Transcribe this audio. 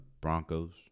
Broncos